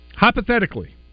Hypothetically